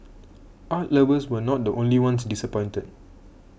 art lovers were not the only ones disappointed